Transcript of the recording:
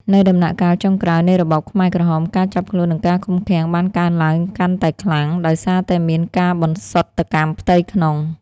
នៅដំណាក់កាលចុងក្រោយនៃរបបខ្មែរក្រហម ការចាប់ខ្លួន និងការឃុំឃាំងបានកើនឡើងកាន់តែខ្លាំង ដោយសារតែមានការបន្សុទ្ធកម្មផ្ទៃក្នុង។